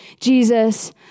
Jesus